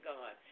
God